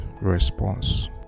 response